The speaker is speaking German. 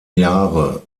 jahre